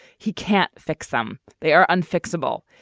he can't fix them. they are unfixable.